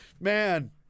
man